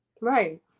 Right